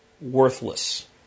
worthless